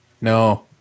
No